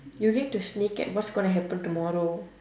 you get to sneak at what's gonna happen tomorrow